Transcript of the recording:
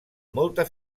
molta